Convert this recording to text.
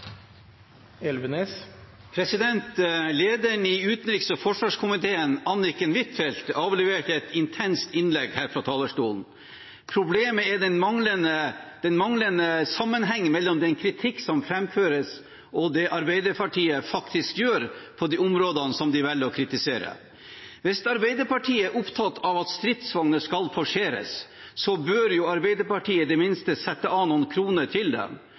den manglende sammenhengen mellom den kritikken som framføres, og det Arbeiderpartiet faktisk gjør på de områdene de velger å kritisere. Hvis Arbeiderpartiet er opptatt av at dette med stridsvogner skal forseres, bør de i det minste sette av noen kroner til